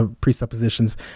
presuppositions